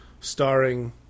starring